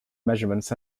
measurements